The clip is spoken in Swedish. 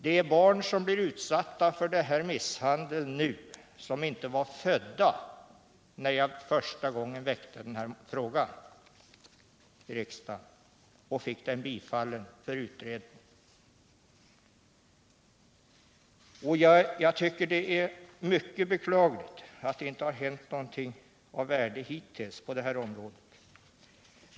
Denna misshandel utsätts nu barn för som inte var födda när jag första gången väckte motionen i riksdagen och fick riksdagens bifall till att frågan skulle utredas. Det är mycket beklagligt att det inte har hänt någonting av värde hittills på det här området.